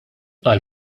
għal